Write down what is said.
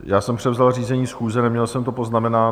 Já jsem převzal řízení schůze, neměl jsem to poznamenáno.